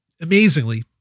amazingly